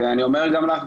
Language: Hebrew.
אני אומר גם לך,